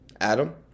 Adam